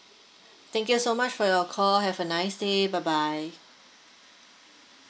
thank you so much for your call have a nice day bye bye